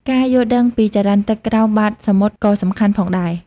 ការយល់ដឹងពីចរន្តទឹកក្រោមបាតសមុទ្រក៏សំខាន់ផងដែរ។